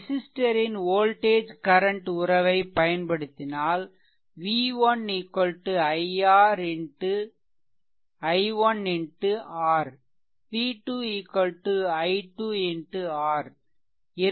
ரெசிஸ்ட்டரின் voltage current உறவை பயன்படுத்தினால் v1 i1 R v2 i2 R